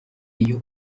iyo